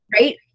Right